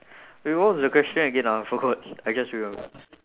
wait what was the question again ah I forgot I just remembered